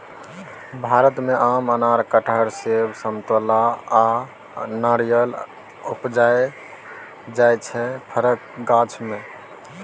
भारत मे आम, अनार, कटहर, सेब, समतोला आ नारियर उपजाएल जाइ छै फरक गाछ मे